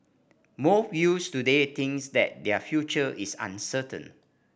more youths today thinks that their future is uncertain